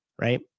right